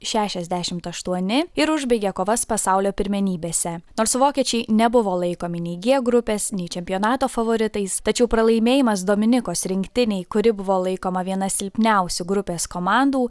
šešiasdešimt aštuoni ir užbaigė kovas pasaulio pirmenybėse nors vokiečiai nebuvo laikomi nei g grupės nei čempionato favoritais tačiau pralaimėjimas dominikos rinktinei kuri buvo laikoma viena silpniausių grupės komandų